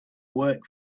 work